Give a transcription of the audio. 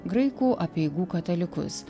graikų apeigų katalikus